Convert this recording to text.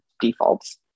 defaults